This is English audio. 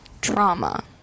trauma